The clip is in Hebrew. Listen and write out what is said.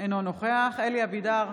אינו נוכח אלי אבידר,